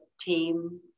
team